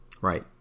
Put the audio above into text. right